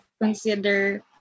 consider